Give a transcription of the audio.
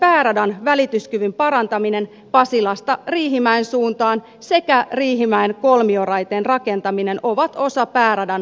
myös pääradan välityskyvyn parantaminen pasilasta riihimäen suuntaan sekä riihimäen kolmioraiteen rakentaminen ovat osa pääradan ongelmien ratkaisua